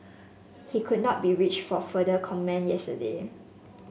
he could not be reached for further comment yesterday